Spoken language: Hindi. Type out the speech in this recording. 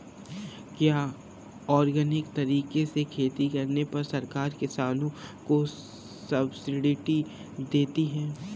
क्या ऑर्गेनिक तरीके से खेती करने पर सरकार किसानों को सब्सिडी देती है?